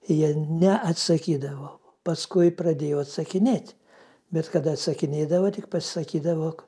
jie neatsakydavo paskui pradėjo atsakinėt bet kada atsakinėdavo tik pasakydavo